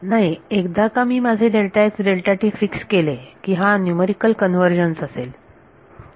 नाही एकदा का मी माझे फिक्स केले की हा न्यूमरिकल कन्वर्जन्स असेल